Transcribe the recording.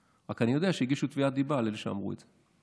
אני רק יודע שהגישו תביעת דיבה על אלה שאמרו את זה.